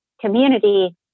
community